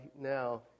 now